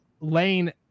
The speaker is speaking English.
lane